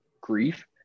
grief